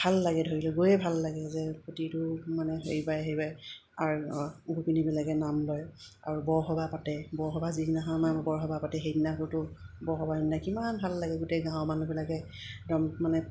ভাল লাগে ধৰি ল গৈয়ে ভাল লাগে যে প্ৰতিটো মানে হেৰিবাই হেৰিবাই আ গোপিনীবিলাকে নাম লয় আৰু বৰসবাহ পাতে বৰসবাহ যিদিনাখন মানে বৰসবাহ পাতে সেইদিনাখনতো বৰসবাহ দিনা কিমান ভাল লাগে গোটেই গাঁৱৰ মানুহবিলাকে একদম মানে